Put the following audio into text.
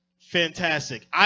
Fantastic